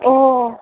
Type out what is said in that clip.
ꯑꯣ